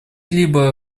либо